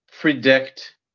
predict